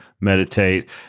meditate